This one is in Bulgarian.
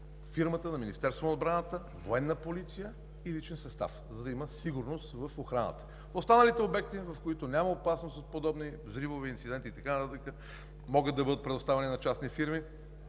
фирмата на Министерството на отбраната, „Военна полиция“ и личен състав, за да има сигурност в охраната. Останалите обекти, в които няма опасност от подобни взривни инциденти и така нататък, могат да бъдат предоставяни на частни фирми,